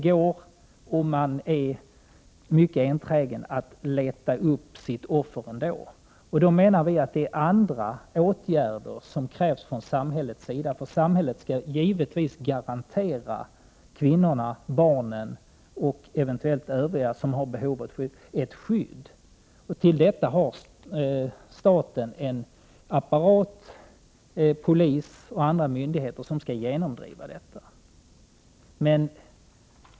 Om man är mycket enträgen går det ändå att leta upp ett offer. Vi i vpk menar att det krävs andra åtgärder från samhällets sida. Samhället skall givetvis garantera ett skydd för kvinnor, barn och för övriga som har behov av detta. För detta ändamål har staten tillgång till en apparat — polis och andra myndigheter — som skall genomdriva detta.